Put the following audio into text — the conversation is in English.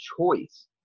choice